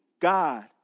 God